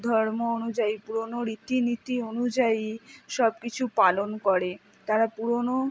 ধর্ম অনুযায়ী পুরোনো রীতি নীতি অনুযায়ী সব কিছু পালন করে তারা পুরোনো